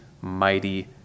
mighty